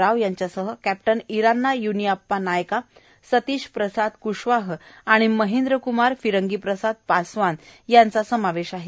राव यांच्यासह कॅप्टन इरान्ना य्नियाप्पा नायका सतीश प्रसाद क्शवाह आणि महेंद्रक्मार फिरंगीप्रसाद पासवान यांचा समावेश आहे